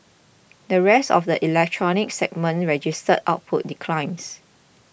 the rest of the electronics segments registered output declines